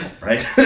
right